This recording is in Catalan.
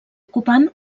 ocupant